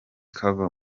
kava